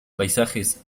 paisajes